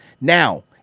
Now